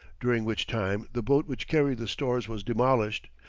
during which time the boat which carried the stores was demolished,